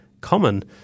common